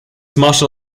martial